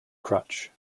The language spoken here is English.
crutch